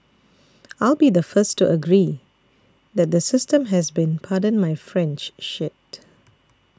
I'll be the first to agree that the system has been pardon my French shit